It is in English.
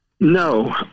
No